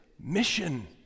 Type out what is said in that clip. mission